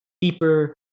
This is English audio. deeper